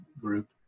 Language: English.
group